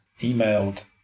emailed